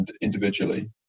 individually